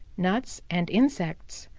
nuts and insects.